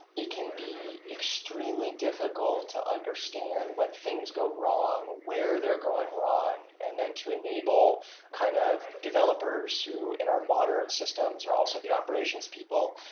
it can be extremely difficult to understand when things go wrong, where they're going wrong, and then to enable kind of developers who, in our modern systems, are also the operation's people,